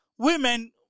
Women